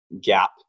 gap